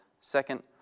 Second